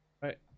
Right